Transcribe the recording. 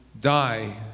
die